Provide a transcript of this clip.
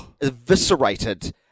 eviscerated